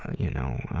you know,